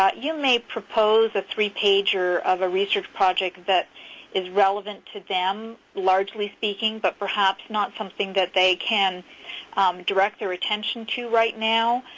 you may propose a three pager of a research project that is relevant to them largely speaking but perhaps not something that they can direct their attention to right now.